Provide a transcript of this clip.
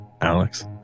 Alex